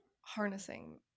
harnessing